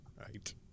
right